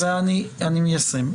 אני מיישם.